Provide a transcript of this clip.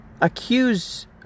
accuse